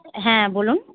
হ্যাঁ বলুন